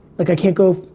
like i can't go,